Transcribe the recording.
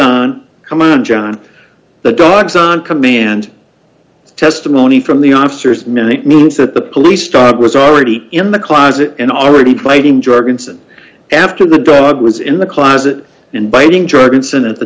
on come on john the dogs on command testimony from the officers many means that the police dog was already in the closet and already biting jorgensen after the dog was in the closet and biting jorgensen at the